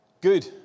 good